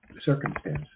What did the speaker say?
circumstances